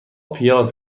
پیاز